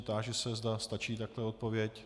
Táži se, zda stačí takto odpověď.